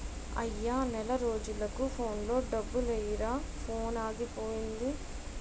అయ్యా నెల రోజులకు ఫోన్లో డబ్బులెయ్యిరా ఫోనాగిపోయింది